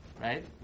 Right